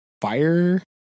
fire